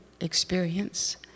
experience